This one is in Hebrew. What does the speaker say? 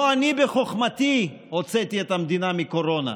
לא אני בחוכמתי הוצאתי את המדינה מקורונה.